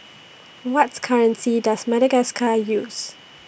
What's currency Does Madagascar use